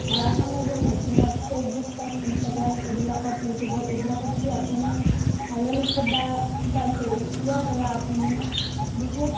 দ্বাৰা সামাজিক মাধ্যমত ফেচবুক পেজ ইনষ্টাগ্ৰাম এইবিলাকত ইউটিউবত এইবিলাকত যদি আপুনি ভাইৰেল হৈছে বা কিবা হৈছে ইয়াৰ দ্বাৰা আপুনি বহুত